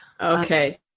Okay